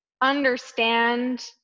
understand